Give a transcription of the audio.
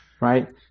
right